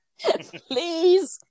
please